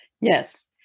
Yes